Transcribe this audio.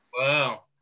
Wow